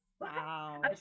Wow